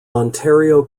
ontario